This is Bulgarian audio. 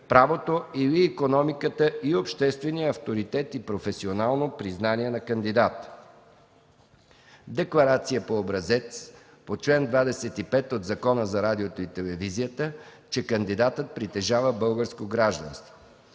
правото или икономиката и обществения авторитет и професионално признание на кандидата; - декларация (по образец) по чл. 25 от Закона за радиото и телевизията, че кандидатът притежава българско гражданство;